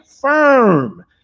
firm